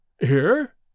Here